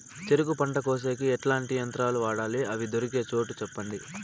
చెరుకు పంట కోసేకి ఎట్లాంటి యంత్రాలు వాడాలి? అవి దొరికే చోటు చెప్పండి?